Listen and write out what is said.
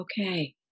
okay